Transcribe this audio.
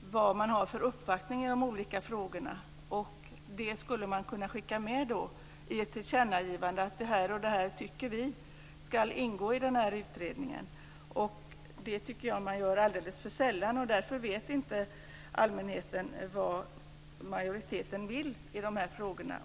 vilken uppfattning man har i de olika frågorna. Man skulle kunna skicka med i ett tillkännagivande att det här tycker vi ska ingå i den här utredningen. Jag tycker att man gör det alldeles för sällan. Därför vet inte allmänheten vad majoriteten vill i de här frågorna.